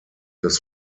des